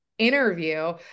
interview